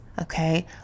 okay